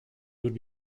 would